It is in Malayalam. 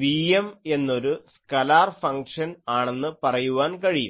Vm എന്നൊരു സ്കലാർ ഫംഗ്ഷൻ ആണെന്ന് പറയാൻ കഴിയും